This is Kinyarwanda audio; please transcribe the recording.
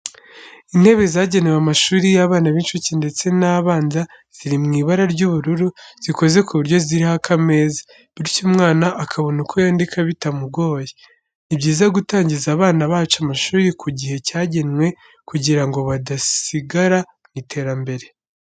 Intebe zagenewe amashuri y'abana b'incuke ndetse n'abanza ziri mu ibara ry'ubururu zikoze ku buryo ziriho akameza, bityo umwana akabona uko yandika bitamugoye. Ni byiza gutangiza abana bacu amashuri ku gihe cyagenwe, kugira ngo badasigara mu iterambere.